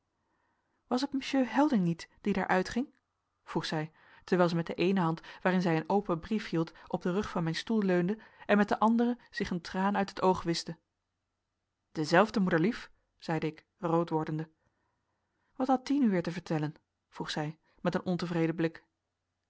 was het monsieur helding niet die daar uitging vroeg zij terwijl zij met de eene hand waarin zij een open brief hield op den rug van mijn stoel leunde en met de andere zich een traan uit het oog wischte dezelfde moederlief zeide ik rood wordende wat had die nu weer te vertellen vroeg zij met een ontevreden blik